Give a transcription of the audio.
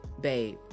babe